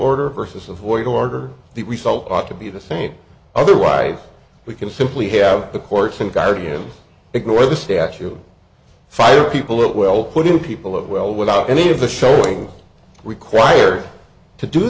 order versus avoid order the result ought to be the same otherwise we can simply have the courts and guardians ignore the statute fire people well putting people up well without any of the showing required to do